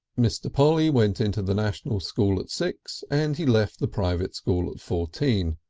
mr. polly went into the national school at six and he left the private school at fourteen,